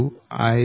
Vphase